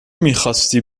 میخواستی